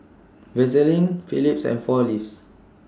Vaseline Phillips and four Leaves